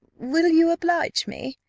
will you oblige me?